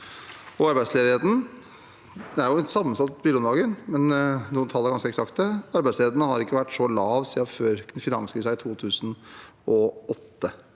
arbeidsledigheten, er det et sammensatt bilde om dagen, men noen tall er ganske eksakte: Arbeidsledigheten har ikke vært så lav siden før finanskrisen i 2008.